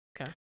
Okay